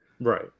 Right